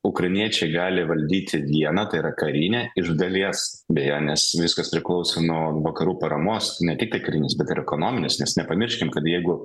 ukrainiečiai gali valdyti vieną tai yra karinę iš dalies beje nes viskas priklauso nuo vakarų paramos ne tiktai karinis bet ir ekonominis nes nepamirškim kad jeigu